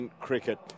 Cricket